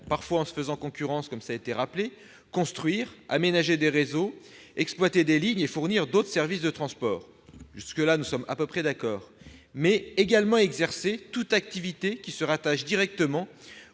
parfois même en se faisant concurrence, construire, aménager des réseaux, exploiter des lignes et fournir d'autres services de transport. Jusque-là, nous sommes à peu près d'accord ... Mais elle peut également exercer toute activité qui se rattache directement